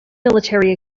military